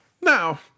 Now